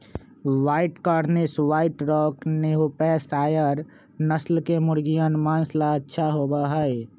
white Cornish, white rock, New Hampshire नस्ल के मुर्गियन माँस ला अच्छा होबा हई